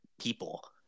people